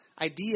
idea